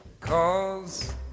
cause